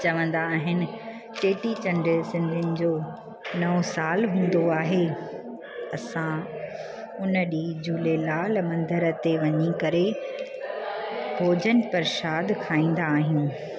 चवंदा आहिनि चेटीचंडु सिंधियुनि जो नओं साल हूंदो आहे असां उन ॾींहुं झूलेलाल मंदर ते वञी करे भोजन परसादु खाईंदा आहियूं